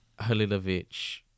Halilovic